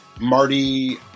Marty